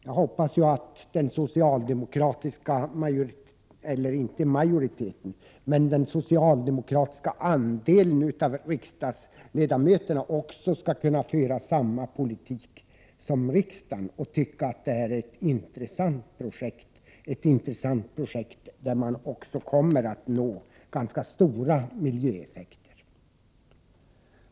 Jag hoppas att de socialdemokratiska riksdagsledamöterna också skall kunna föra samma politik som riksdagen och tycka att detta är ett intressant projekt — ett intressant projekt där man också kommer att nå ganska stora miljöeffekter.